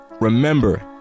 Remember